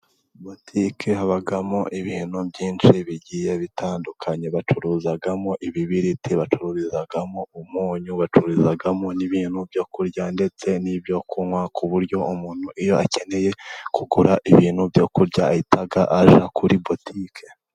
Botike habamo ibintu byinshi bigiye bitandukanye, bacuruzamo ibibiriti, bacururizamo umunyu, bacururizamo n'ibintu byo kurya, ndetse n'ibyo kunywa, ku buryo umuntu iyo akeneye kugura ibintu byo kurya ahita ajya kuri botike